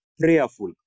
prayerful